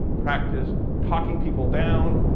practice talking people down.